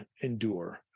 endure